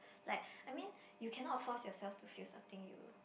like I mean you cannot force yourself to feel something you